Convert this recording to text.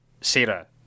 Sarah